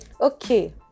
okay